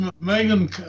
Megan